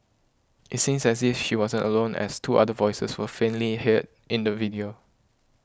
it seems as if she wasn't alone as two other voices were faintly hear in the video